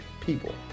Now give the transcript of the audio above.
people